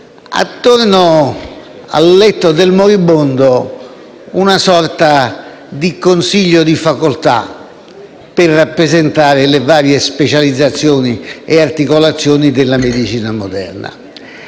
attorno al letto del moribondo una sorta di consiglio di facoltà per rappresentare le varie specializzazioni e articolazioni della medicina moderna.